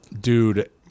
dude